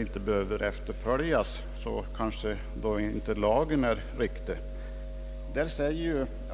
inte behöver efterföljas är väl lagen inte alldeles i detalj riktig.